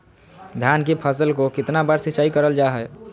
धान की फ़सल को कितना बार सिंचाई करल जा हाय?